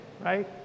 right